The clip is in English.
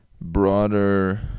broader